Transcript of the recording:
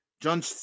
John